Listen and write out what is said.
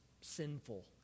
sinful